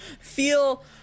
feel